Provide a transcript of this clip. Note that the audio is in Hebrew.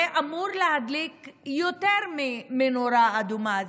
זה אמור להדליק יותר מנורה אדומה,